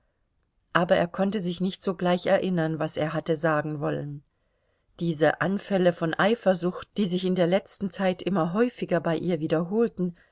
aber er konnte sich nicht sogleich erinnern was er hatte sagen wollen diese anfälle von eifersucht die sich in der letzten zeit immer häufiger bei ihr wiederholten